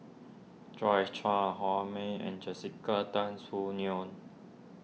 Joyce Char Ho May and Jessica Tan Soon Neo